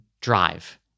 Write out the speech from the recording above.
drive